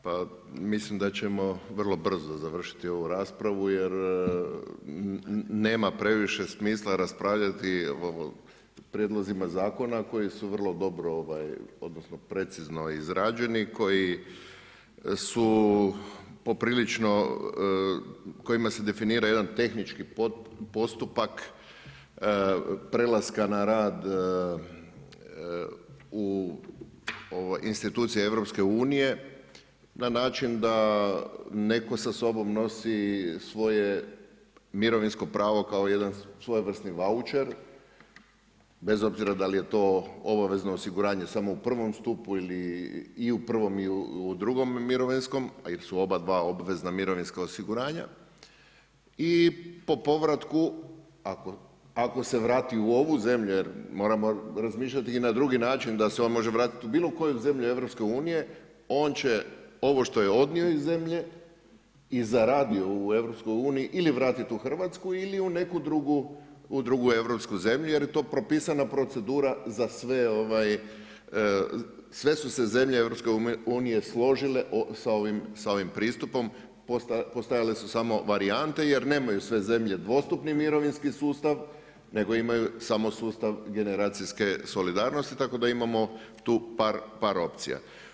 Pa mislim da ćemo vrlo brzo završiti ovu raspravu jer nema previše smisla raspravljati o prijedlozima zakona koji su vrlo dobro odnosno precizno izrađeni, kojim se definira jedan tehnički postupak prelaska na rad u institucije EU-a na način da netko sa sobom nosi svoje mirovinsko pravo kao jedna svojevrsni vaučer bez obzira da li je to obavezno osiguranje samo u prvom stupu ili u prvom i u drugom mirovinskom a jer su oba dva obvezna mirovinska osiguranja i po povratku ako se vrati u ovu zemlju jer moramo razmišljati na drugi način da se on može vratiti u bilo koju zemlju EU-a, on će ovo što je odnosio iz zemlje i zaradio u EU-u ili vratiti u Hrvatsku ili u neku drugu europsku zemlju jer je to propisana procedura za sve, sve su se zemlje EU-a složile sa ovim pristupom, postojale su samo varijante jer nemaju sve zemlje dvostupni mirovinski sustav nego samo sustav generacijske solidarnosti tako da imamo tu par opcija.